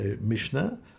Mishnah